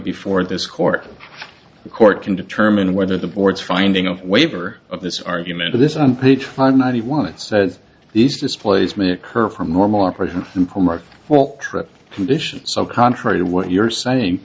before this court the court can determine whether the board's finding a waiver of this argument or this on page fund ninety one it says these displays may occur from normal operation from former well trip conditions so contrary to what you're saying